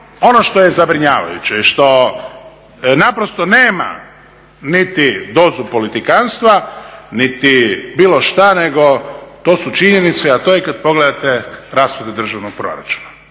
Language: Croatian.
ono što je zabrinjavajuće i što naprosto nema niti dozu politikantstva, niti bilo šta nego to su činjenice, a to je kad pogledate rashode državnog proračuna.